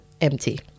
empty